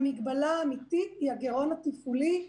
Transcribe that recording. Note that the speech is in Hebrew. המגבלה האמיתית היא הגרעון התפעולי,